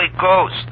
ghost